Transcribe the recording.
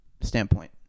standpoint